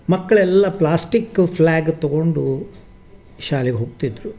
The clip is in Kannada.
ಮಕ್ಕಳೆಲ್ಲ ಪ್ಲ್ಯಾಸ್ಟಿಕ್ ಫ್ಲ್ಯಾಗ್ ತಗೊಂಡು ಶಾಲೆಗೆ ಹೋಗ್ತಿದ್ದರು